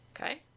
Okay